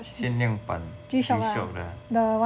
限量版 G Shock lah